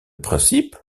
principe